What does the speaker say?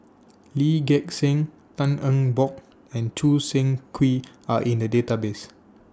Lee Gek Seng Tan Eng Bock and Choo Seng Quee Are in The Database